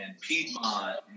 Piedmont